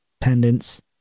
pendants